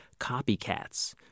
copycats